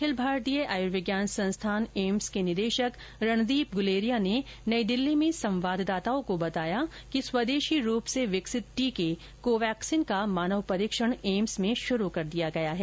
अखिल भारतीय आयुर्विज्ञान संस्थान एम्स के निदेशक रणदीप गुलेरिया ने नई दिल्ली में संवाददाताओं को बताया कि स्वदेशी रूप से विकसित टीके को वैक्सिन का मानव परीक्षण एम्स में शुरू कर दिया गया है